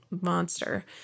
monster